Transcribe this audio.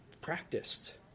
practiced